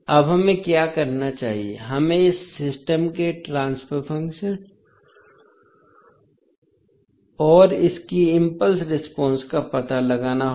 अब हमें क्या करना चाहिए हमें इस सिस्टम के ट्रांसफर फ़ंक्शन और इसकी इम्पल्स रेस्पॉन्स का पता लगाना होगा